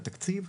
לתקציב,